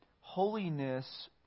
holiness